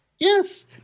Yes